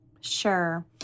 Sure